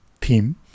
theme